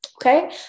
okay